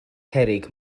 cerrig